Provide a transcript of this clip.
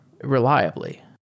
reliably